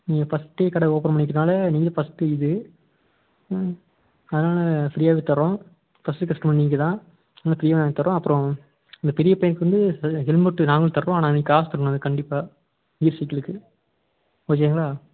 நீங்கள் ஃபர்ஸ்ட்டு கடை ஓப்பன் பண்ணிருக்கனால நீங்கள் ஃபஸ்ட்டு இது ம் அதனால் ஃப்ரீயாகவே தர்றோம் ஃபஸ்ட்டு கஸ்டமர் நீங்கள் தான் அதனால் ஃப்ரீயாக நாங்கள் தர்றோம் அப்றம் இந்த பெரிய பையனுக்கு வந்து ஹெல்மெட்டு நாங்களும் தருவோம் ஆனால் நீங்கள் காசு தரணும் அதுக்கு கண்டிப்பாக கீர் சைக்கிளுக்கு ஓகேங்களா